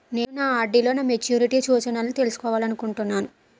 నేను నా ఆర్.డి లో నా మెచ్యూరిటీ సూచనలను తెలుసుకోవాలనుకుంటున్నాను